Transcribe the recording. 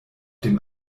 dem